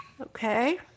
Okay